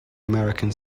american